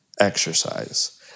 exercise